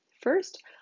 First